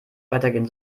weitergehen